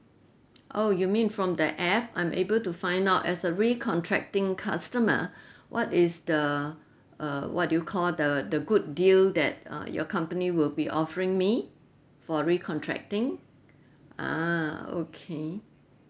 oh you mean from the app I'm able to find out as a re-contracting customer what is the err what do you call the the good deal that err your company will be offering me for recontracting ah okay